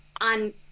on